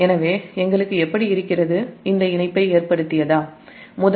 எனவே நாம் இந்த இணைப்பை எப்படி ஏற்படுத்தினோம்